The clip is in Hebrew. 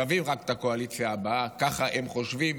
שווים רק את הקואליציה הבאה, ככה הם חושבים.